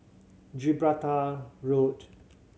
Gibraltar Road